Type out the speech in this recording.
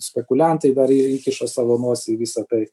spekuliantai dar jie įkiša savo nosį į visa tai